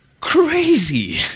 crazy